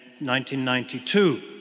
1992